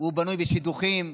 בנוי על שידוכים.